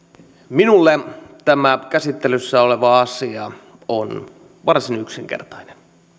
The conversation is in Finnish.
minulle tämä käsittelyssä oleva asia on varsin yksinkertainen